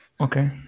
okay